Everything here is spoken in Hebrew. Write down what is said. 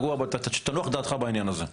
תנוח דעתך בעניין הזה.